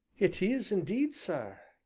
it is indeed, sir,